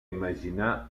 imaginar